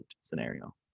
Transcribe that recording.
scenario